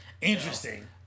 Interesting